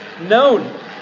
known